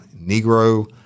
Negro